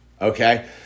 Okay